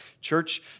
church